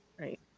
Right